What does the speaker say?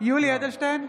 בעד יולי יואל אדלשטיין,